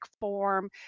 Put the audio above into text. form